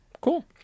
Cool